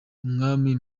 umwami